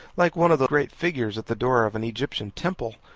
like one of the great figures at the door of an egyptian temple,